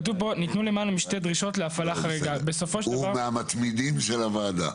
הוא מהמתמידים של הוועדה,